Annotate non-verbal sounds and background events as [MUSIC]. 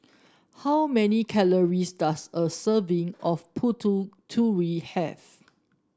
how many calories does a serving of putih [UNINTELLIGIBLE] have